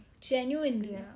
Genuinely